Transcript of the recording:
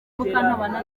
mukantabana